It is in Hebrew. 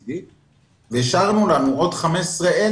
ה-OECD והשארנו לנו עוד 15,000